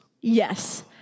Yes